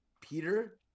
peter